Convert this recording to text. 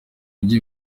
ugiye